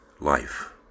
life